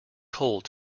cold